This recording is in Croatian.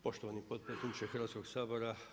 Poštovani potpredsjedniče Hrvatskog sabora.